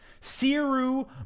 Siru